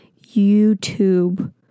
youtube